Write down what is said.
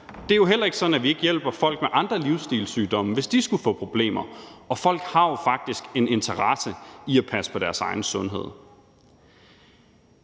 Det er jo heller ikke sådan, at vi ikke hjælper folk med andre livsstilssygdomme, hvis de skulle få problemer. Og folk har jo faktisk en interesse i at passe på deres egen sundhed.